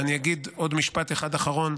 ואני אגיד עוד משפט אחד אחרון.